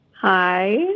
Hi